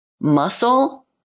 muscle